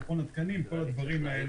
מכון התקנים וכדומה.